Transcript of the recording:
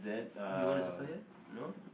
you want to circle here no